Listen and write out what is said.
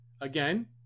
again